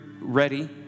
ready